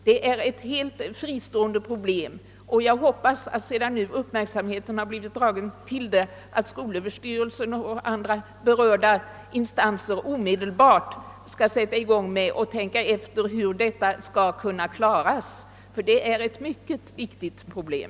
Det är ett helt fristående problem, och jag hoppas att skolöverstyrelsen och andra berörda instanser, sedan uppmärksamheten nu blivit dragen till det, omedelbart skall sätta i gång att tänka efter hur det skall kunna klaras. Det är nämligen ett mycket viktigt problem.